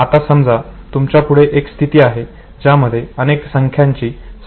आता समजा तुमच्या पुढे एक स्थिती आहे ज्यामध्ये अनेक संख्यांची साखळी दिलेली आहे